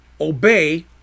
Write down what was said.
obey